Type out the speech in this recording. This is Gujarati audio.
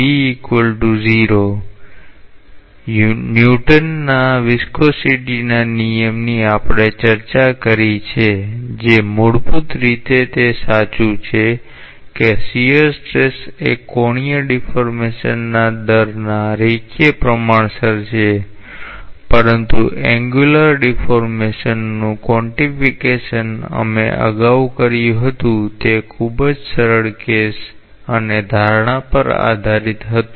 તેથી ન્યુટનના સ્નિગ્ધતાના નિયમની આપણે ચર્ચા કરી છે જે મૂળભૂત રીતે તે સાચું છે કે શીયર સ્ટ્રેસ એ કોણીય ડીફૉર્મેશનના દરના રેખીય પ્રમાણસર છે પરંતુ એંન્ગ્યુલર ડીફૉર્મેશનનું ક્વૉન્ટિફિકેશન અમે અગાઉ કર્યું હતું તે ખૂબ જ સરળ કેસ અને ધારણા પર આધારિત હતું